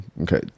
Okay